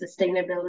sustainability